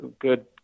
good